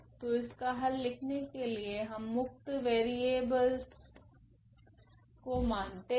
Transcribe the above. तो इसका हल लिखने के लिए हम मुक्त वेरिएबलस को मानते है